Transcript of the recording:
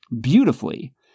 beautifully